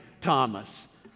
Thomas